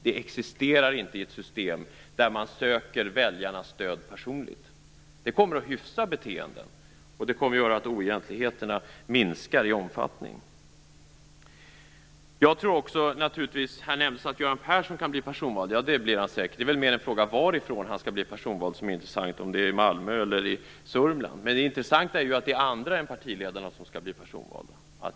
Det existerar inte i ett system där man söker väljarnas personliga stöd. Det kommer att hyfsa beteenden, och det kommer att göra att oegentligheterna minskar i omfattning. Här nämndes att Göran Persson kan bli personvald. Det blir han säkert. Det är väl mer en fråga om varifrån han skall bli personvald. Är det från Malmö eller Sörmland? Det intressanta är ju att det är andra än partiledarna som skall bli personvalda.